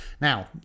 now